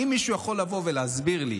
אם מישהו יכול לבוא ולהסביר לי.